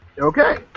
Okay